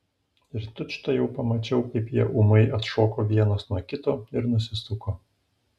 ir tučtuojau pamačiau kai jie ūmai atšoko vienas nuo kito ir nusisuko